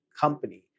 company